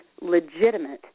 legitimate